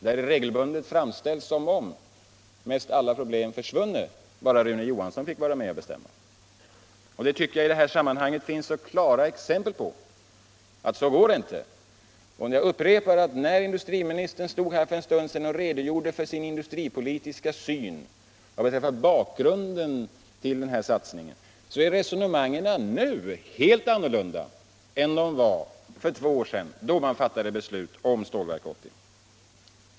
Det brukar regelbundet framställas som om de flesta problem skulle försvinna om bara Rune Johansson fick vara med och besluta. Det finns klara bevis på att det inte går på det sättet. Industriministern stod här för en stund sedan och redogjorde för sin industripolitiska syn vad beträffar bakgrunden till den här satsningen. Men resonemangen är nu helt annorlunda än de var för två år sedan, då riksdagen fattade beslut om Stålverk 80.